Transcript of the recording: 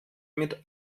mit